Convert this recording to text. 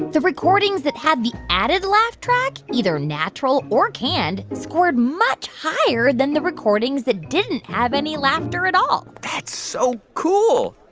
the recordings that had the added laugh track, either natural or canned, scored much higher than the recordings that didn't have any laughter at all that's so cool